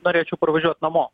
norėčiau parvažiuot namo